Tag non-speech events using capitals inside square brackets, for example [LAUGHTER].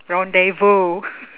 rendezvous [LAUGHS]